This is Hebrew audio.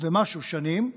ומשהו שנים יצאנו,